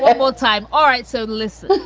double time. all right. so, listen,